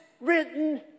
written